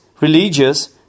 religious